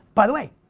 by the way,